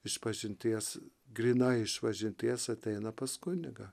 išpažinties grynai išpažinties ateina pas kunigą